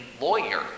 lawyer